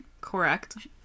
Correct